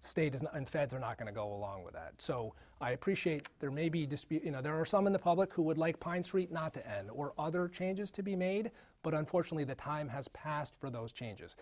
state and feds are not going to go along with that so i appreciate there may be dispute you know there are some in the public who would like pine street not to and or other changes to be made but unfortunately the time has passed for those changes